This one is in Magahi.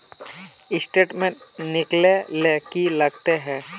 स्टेटमेंट निकले ले की लगते है?